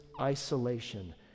isolation